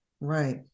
Right